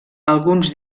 alguns